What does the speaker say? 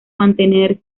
mantener